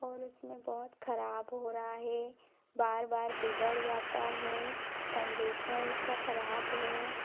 और उसमें बहुत खराब हो रहा है बार बार बिगड़ जाता है कंडिशन उसका खराब है